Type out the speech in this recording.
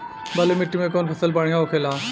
बलुई मिट्टी में कौन फसल बढ़ियां होखे ला?